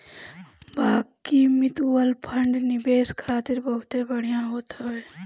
बाकी mutual fund निवेश खातिर बहुते बढ़िया होत हवे